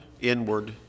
Inward